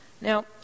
now